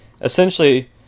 essentially